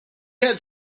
had